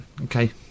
Okay